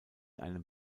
einem